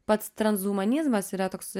pats transhumanizmas yra toks